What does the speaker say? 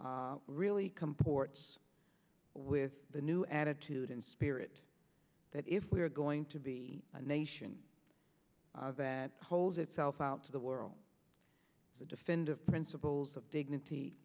really comports with the new attitude and spirit that if we're going to be a nation that holds itself out to the world to defend of principles of dignity